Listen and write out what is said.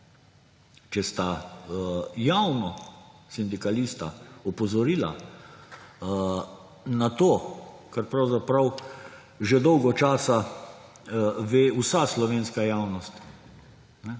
če sta javno sindikalista opozorila na to, kar pravzaprav že dolgo časa ve vsa slovenska javnost,